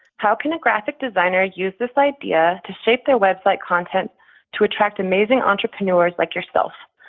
how can a graphic designer use this idea to shape their website content to attract amazing entrepreneurs like yourself?